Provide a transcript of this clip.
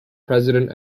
president